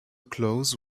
close